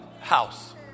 house